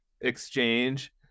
exchange